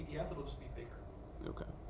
yeah speaker ok.